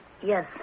Yes